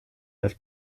das